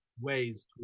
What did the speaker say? ways